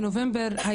בנובמבר,